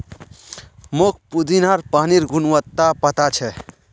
मोक पुदीनार पानिर गुणवत्ता पता छ